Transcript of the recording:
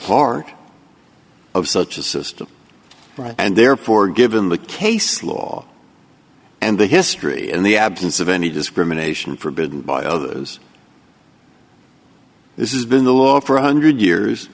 part of such a system and therefore given the case law and the history in the absence of any discrimination forbidden by others this is been the law for a hundred years